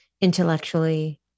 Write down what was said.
intellectually